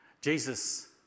Jesus